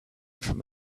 from